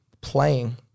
playing